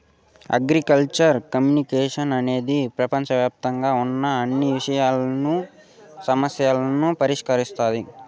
agricultural communication అనేది ప్రపంచవ్యాప్తంగా ఉన్న అన్ని విషయాలను, సమస్యలను పరిష్కరిస్తాది